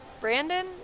Brandon